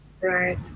Right